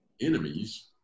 enemies